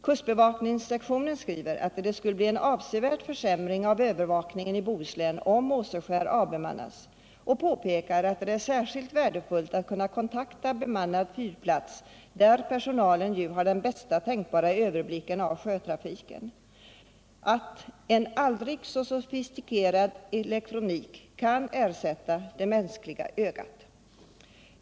Kustbevakningssektionen skriver att det skulle bli en avsevärd försämring av övervakningen i Bohuslän om Måseskär avbemannas och påpekar att det är särskilt värdefullt att kunna kontakta bemannad fyrplats, där personalen ju har den bästa tänkbara överblicken över sjötrafiken, och att en än aldrig så sofistikerad elektronik inte kan ersätta det mänskliga ögat.